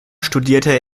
studierte